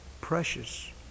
precious